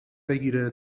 بگیره